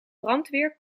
brandweer